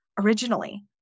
originally